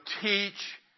teach